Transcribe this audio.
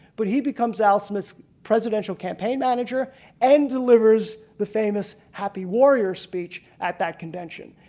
but he becomes al smith's presidential campaign manager and delivers the famous happy warrior speech at that convention.